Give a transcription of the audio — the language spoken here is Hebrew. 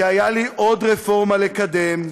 כי הייתה לי עוד רפורמה לקדם,